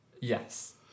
Yes